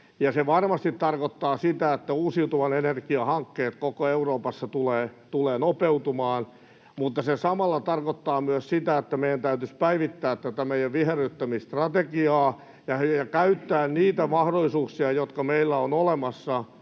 se varmasti tarkoittaa sitä, että uusiutuvan energian hankkeet koko Euroopassa tulevat nopeutumaan, mutta samalla se tarkoittaa myös sitä, että meidän täytyisi päivittää tätä meidän viherryttämisstrategiaamme ja käyttää niitä mahdollisuuksia, jotka meillä on olemassa,